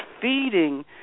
feeding